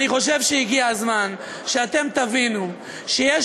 אני חושב שהגיע הזמן שאתם תבינו שיש